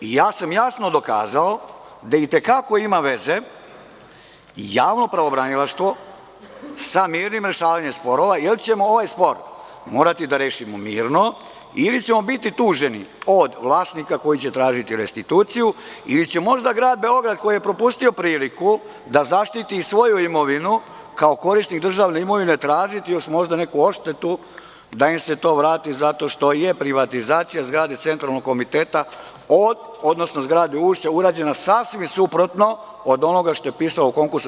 Ja sam jasno dokazao da i te kako ima veze javno pravobranilaštvo sa mirnim rešavanjem sporova, jer ćemo ovaj spor morati da rešimo mirno ili ćemo biti tuženi od vlasnika koji će tražiti restituciju, ili će možda grad Beograd, koji je propustio priliku da zaštiti svoju imovinu, kao korisnik državne imovine, tražiti možda neku odštetu, da im se to vrati zato što je privatizacija zgrade CK,od odnosno zgrade „Ušća“, urađena sasvim suprotno od onoga što je pisalo u konkursu.